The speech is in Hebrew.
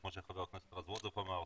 כמו שחבר הכנסת רזבוזוב אמר,